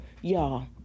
Y'all